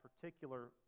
particular